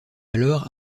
alors